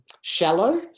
shallow